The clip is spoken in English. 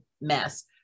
mess